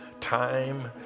time